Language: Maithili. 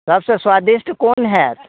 सबसँ स्वादिष्ट कोन हैत